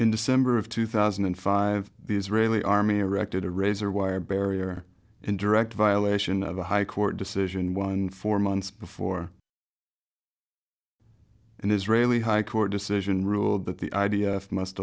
in december of two thousand and five the israeli army erected a razor wire barrier in direct violation of a high court decision one four months before an israeli high court decision ruled that the i d f must